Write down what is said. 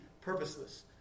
purposeless